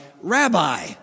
rabbi